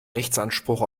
rechtsanspruch